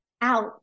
out